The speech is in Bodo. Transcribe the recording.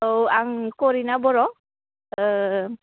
औ आं करिना बर'